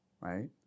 right